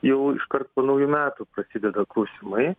jau iškart po naujų metų prasideda klausimai